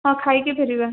ହଁ ଖାଇକି ଫେରିବା